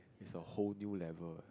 it's a whole new level eh